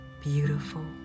beautiful